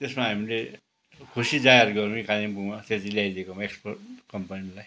त्यसमा हामीले खुसी जाहेर गर्यौँ कालिम्पोङमा त्यती ल्याइदिएकोमा एक्सपो कम्पनीलाई